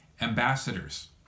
ambassadors